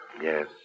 Yes